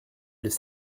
les